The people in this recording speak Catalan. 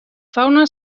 fauna